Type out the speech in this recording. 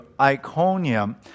Iconium